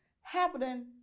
happening